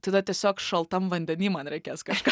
tada tiesiog šaltam vandeny man reikės kažką